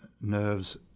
nerves